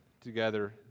together